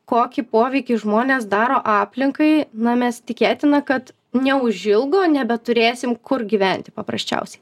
kokį poveikį žmonės daro aplinkai na mes tikėtina kad neužilgo nebeturėsim kur gyventi paprasčiausiai